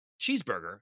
cheeseburger